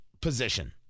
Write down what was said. position